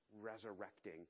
resurrecting